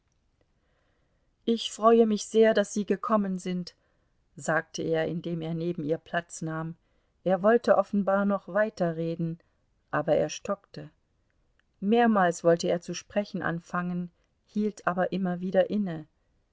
ich freue mich sehr daß sie gekommen sind sagte er indem er neben ihr platz nahm er wollte offenbar noch weiden aber er stockte mehrmals wollte er zu sprechen anfangen hielt aber immer wieder inne